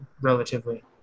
relatively